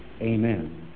Amen